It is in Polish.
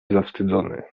zawstydzony